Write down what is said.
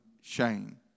shame